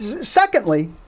Secondly